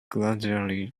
gradually